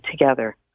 together